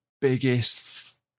biggest